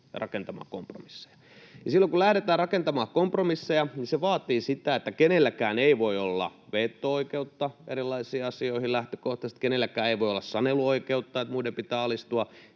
ja rakentamaan kompromisseja. Ja silloin, kun lähdetään rakentamaan kompromisseja, se vaatii sitä, että kenelläkään ei voi lähtökohtaisesti olla veto-oikeutta erilaisiin asioihin, kenelläkään ei voi olla saneluoikeutta, että muiden pitää alistua